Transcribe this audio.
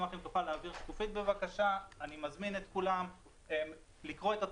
אני מזמין את כולם לקרוא את התוכנית,